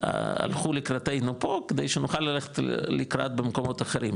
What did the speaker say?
הלכו לקראתנו פה כדי שנוכל ללכת לקראת במקומות אחרים,